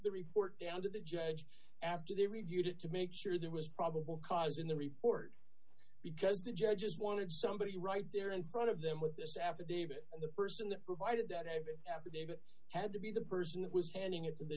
the report down to the judge after they reviewed it to make sure there was probable cause in the report because the judge just wanted somebody right there in front of them with this affidavit and the person that provided that every affidavit had to be the person that was handing it to the